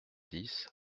dix